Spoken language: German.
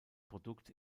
produkt